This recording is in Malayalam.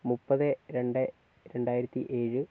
മുപ്പത് രണ്ട് രണ്ടായിരത്തി ഏഴ്